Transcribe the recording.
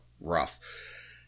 rough